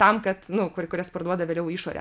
tam kad nu kur kurias parduoda vėliau į išorę